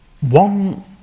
one